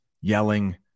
yelling